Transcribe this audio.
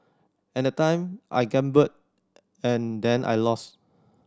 at that time I gambled and then I lost